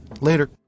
Later